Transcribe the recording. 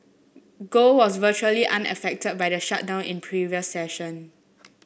gold was virtually unaffected by the shutdown in previous session